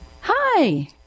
Hi